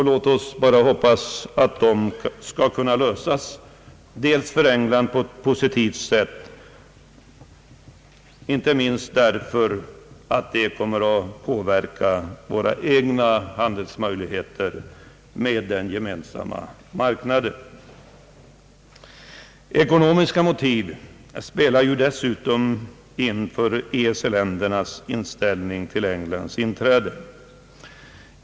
Låt oss bara hoppas att frågan skall kunna lösas på ett för England positivt sätt, inte minst därför att det kommer att påverka våra egna möjligheter till handel med den gemensamma marknaden. Ekonomiska motiv spelar ju dessutom in när det gäller EEC-ländernas inställning till Englands inträde.